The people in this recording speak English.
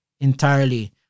entirely